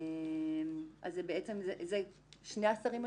אז זה שני השרים?